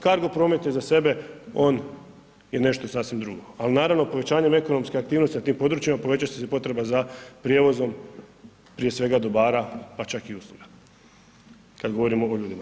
Cargo promet je za sebe, on je nešto sasvim drugo, al, naravno, povećanjem ekonomske aktivnosti na tim područjima, povećat će se potreba za prijevozom prije svega dobara, pa čak i usluga kad govorimo o ljudima.